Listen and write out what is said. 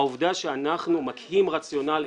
העובדה שאנחנו מקהים רציונל אחד,